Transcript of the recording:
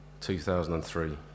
2003